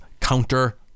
counter